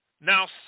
Now